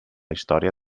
història